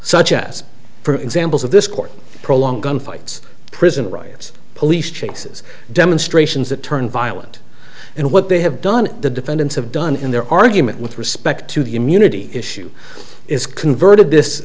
such as for examples of this court prolonged gunfights prison riots police chases demonstrations that turn violent and what they have done the defendants have done in their argument with respect to the immunity issue is converted this